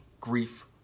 grief